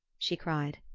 she cried.